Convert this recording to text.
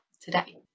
today